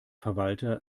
verwalter